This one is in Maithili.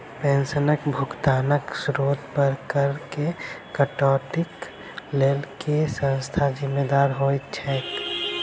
पेंशनक भुगतानक स्त्रोत पर करऽ केँ कटौतीक लेल केँ संस्था जिम्मेदार होइत छैक?